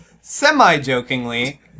semi-jokingly